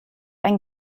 ein